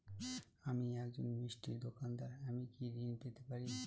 আমি একজন মিষ্টির দোকাদার আমি কি ঋণ পেতে পারি?